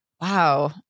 Wow